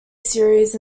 series